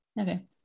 okay